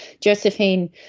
Josephine